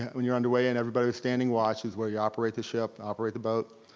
when you're underway and everybody was standing watch is where you operate the ship, operate the boat,